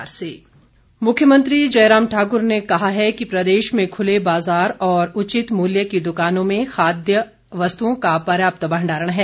मुख्यमंत्री मुख्यमंत्री जयराम ठाक्र ने कहा है कि प्रदेश में खुले बाज़ार और उचित मूल्य की द्कानों में आवश्यक खाद्य वस्तुओं का पर्याप्त भंडारण है